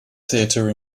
theater